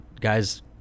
guys –